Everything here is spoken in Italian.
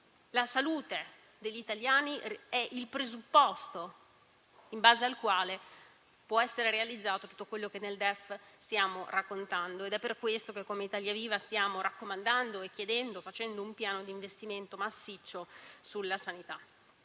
La salute degli italiani è, infatti, il presupposto in base al quale può essere realizzato tutto quello che nel DEF stiamo raccontando. È per questo che come Italia Viva stiamo raccomandando, chiedendo, mettendo in atto un piano di investimento massiccio sulla sanità.